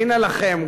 הנה לכם,